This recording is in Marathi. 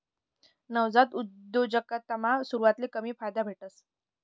नवजात उद्योजकतामा सुरवातले कमी फायदा भेटस